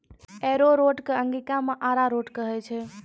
arrowroot कॅ अंगिका मॅ अरारोट कहै छै